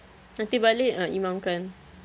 nanti balik ah imamkan